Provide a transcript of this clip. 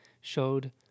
showed